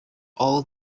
all